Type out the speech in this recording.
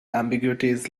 ambiguities